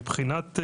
מבחינת,